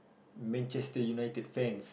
Manchester-United fans